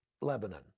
Lebanon